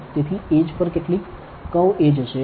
તેથી એડ્જ પર કેટલીક કર્વ એડ્જ હશે